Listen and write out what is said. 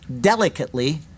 delicately